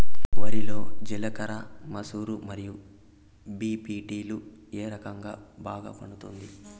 వరి లో జిలకర మసూర మరియు బీ.పీ.టీ లు ఏ రకం బాగా పండుతుంది